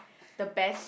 the best